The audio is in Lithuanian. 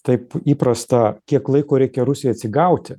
taip įprastą kiek laiko reikia rusijai atsigauti